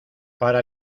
para